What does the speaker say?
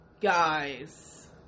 guys